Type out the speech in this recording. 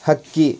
ಹಕ್ಕಿ